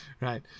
right